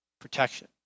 protection